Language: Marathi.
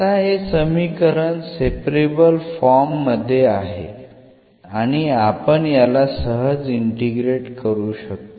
आता हे समीकरण सेपरेबल फॉर्म मध्ये आहे आणि आपण याला सहज इंटिग्रेट करू शकतो